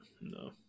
No